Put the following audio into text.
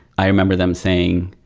i remember them saying,